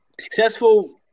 successful